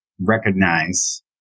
recognize